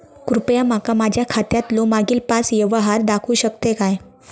कृपया माका माझ्या खात्यातलो मागील पाच यव्हहार दाखवु शकतय काय?